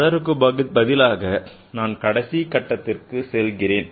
அதற்குப் பதிலாக நான் கடைசி கட்டத்திற்கு செல்கிறேன்